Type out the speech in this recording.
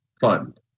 fund